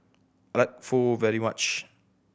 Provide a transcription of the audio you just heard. I like Pho very much